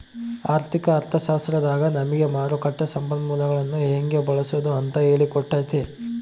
ಆರ್ಥಿಕ ಅರ್ಥಶಾಸ್ತ್ರದಾಗ ನಮಿಗೆ ಮಾರುಕಟ್ಟ ಸಂಪನ್ಮೂಲಗುಳ್ನ ಹೆಂಗೆ ಬಳ್ಸಾದು ಅಂತ ಹೇಳಿ ಕೊಟ್ತತೆ